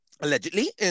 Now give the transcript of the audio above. Allegedly